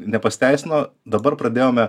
nepasiteisino dabar pradėjome